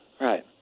Right